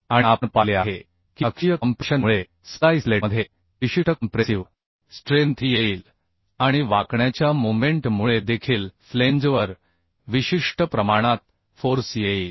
आणि आपण पाहिले आहे की अक्षीय कॉम्प्रेशन मुळे स्प्लाइस प्लेटमध्ये विशिष्ट कॉम्प्रेसिव स्ट्रेंथ येईल आणि बेन्डीगच्या मोमेंट मुळे देखील फ्लेंजवर विशिष्ट प्रमाणात फोर्स येईल